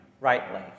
rightly